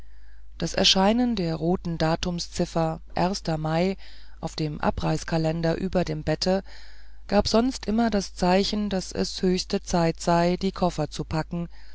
das erscheinen der roten datumsziffer mai auf dem abreißkalender über dem bette gab sonst immer das zeichen daß es höchste zeit sei die koffer zu packen